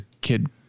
kid